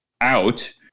out